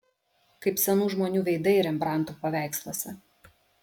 kaip senų žmonių veidai rembrandto paveiksluose